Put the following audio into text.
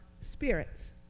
spirits